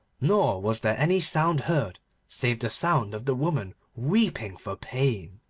nor was there any sound heard save the sound of the woman weeping for pain.